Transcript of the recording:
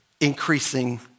increasing